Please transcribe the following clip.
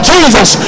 Jesus